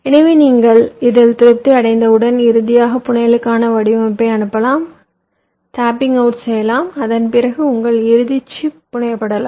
எனவே நீங்கள் இதில் திருப்தி அடைந்தவுடன் இறுதியாக புனையலுக்கான வடிவமைப்பை அனுப்பலாம் டாப்பிங் அவுட் செய்யலாம் அதன்பிறகு உங்கள் இறுதி சிப் புனையப்படலாம்